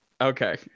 Okay